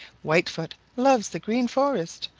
whitefoot loves the green forest,